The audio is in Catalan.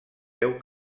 deu